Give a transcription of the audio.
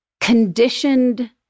conditioned